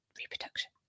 Reproduction